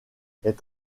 est